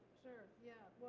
sure, yeah.